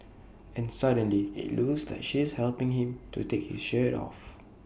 and suddenly IT looks like she's helping him to take his shirt off